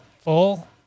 full